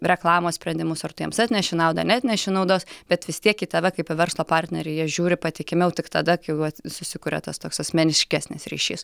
reklamos sprendimus ar tu jiems atneši naudą neatneši naudos bet vis tiek į tave kaip į verslo partnerį jie žiūri patikimiau tik tada kai jau susikuria tas toks asmeniškesnis ryšys